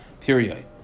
Period